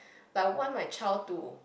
like I want my child to